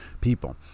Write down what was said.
people